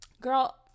girl